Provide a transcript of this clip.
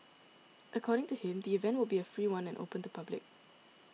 according to him the event will be a free one and open to public